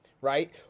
right